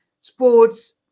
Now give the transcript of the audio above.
sports